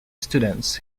students